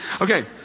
okay